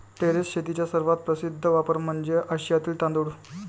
terrace शेतीचा सर्वात प्रसिद्ध वापर म्हणजे आशियातील तांदूळ